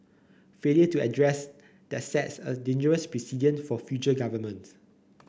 failure to address that sets a dangerous precedent for future governments